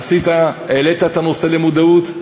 עשית, העלית את הנושא למודעות.